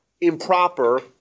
improper